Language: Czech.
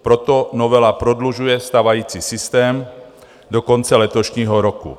Proto novela prodlužuje stávající systém do konce letošního roku.